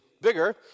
bigger